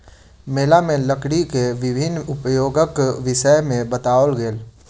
मेला में लकड़ी के विभिन्न उपयोगक विषय में बताओल गेल